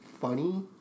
funny